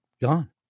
gone